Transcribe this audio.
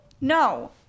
No